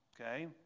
Okay